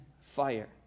fire